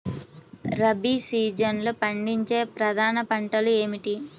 రబీ సీజన్లో పండించే ప్రధాన పంటలు ఏమిటీ?